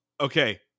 Okay